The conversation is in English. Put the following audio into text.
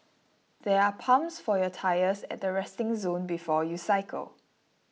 there are pumps for your tyres at the resting zone before you cycle